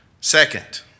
Second